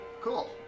Cool